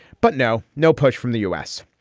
but now no push from the u s.